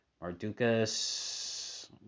Mardukas